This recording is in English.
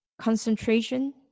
Concentration